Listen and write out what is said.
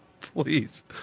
please